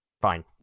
Fine